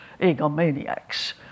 egomaniacs